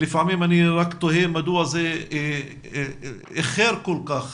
לפעמים אני רק תוהה מדוע זה איחר כל כך,